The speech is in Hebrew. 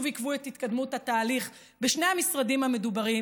עיכבו את התקדמות התהליך בשני המשרדים המדוברים,